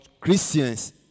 Christians